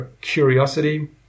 curiosity